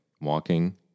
walking